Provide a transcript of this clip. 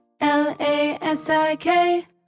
L-A-S-I-K